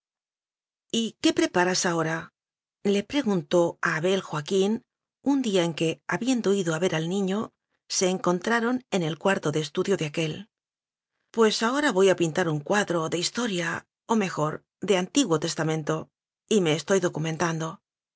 qué preparas ahora le preguntó a abel joaquín un día en que habiendo ido a ver al niño se encontraron en el cuarto de estudio de aquél pues ahora voy a pintar un cuadro de historia o mejor de antiguo testamento y me estoy documentando